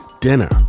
dinner